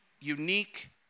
unique